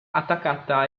attaccata